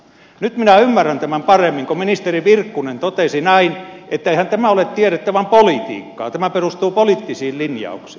nyt minä ymmärrän tämän paremmin kun ministeri virkkunen totesi että eihän tämä ole tiedettä vaan politiikkaa tämä perustuu poliittisiin linjauksiin